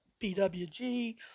PWG